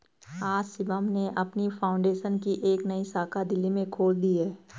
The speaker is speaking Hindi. आज शिवम ने अपनी फाउंडेशन की एक नई शाखा दिल्ली में खोल दी है